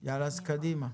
יאללה, אז קדימה.